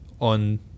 on